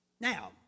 Now